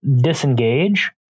disengage